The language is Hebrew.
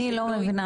אני לא מבינה.